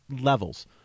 levels